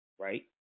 Right